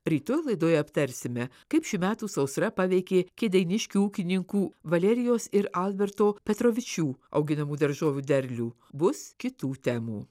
rytoj laidoje aptarsime kaip šių metų sausra paveikė kėdainiškių ūkininkų valerijos ir alberto petrovičių auginamų daržovių derlių bus kitų temų